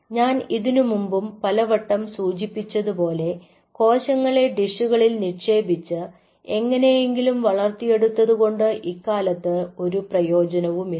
ഞാൻ ഇതിനുമുമ്പും പലവട്ടം സൂചിപ്പിച്ചതുപോലെ കോശങ്ങളെ ഡിഷുകളിൽ നിക്ഷേപിച്ച് എങ്ങനെയെങ്കിലും വളർത്തിയെടുത്തതുകൊണ്ട് ഇക്കാലത്ത് ഒരു പ്രയോജനവുമില്ല